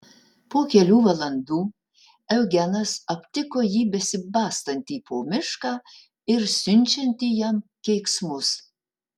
po kelių valandų eugenas aptiko jį besibastantį po mišką ir siunčiantį jam keiksmus